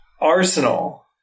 Arsenal